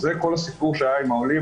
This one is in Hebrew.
זה כל הסיפור שהיה עם העולים.